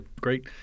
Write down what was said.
Great